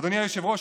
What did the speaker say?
אדוני היושב-ראש,